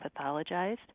pathologized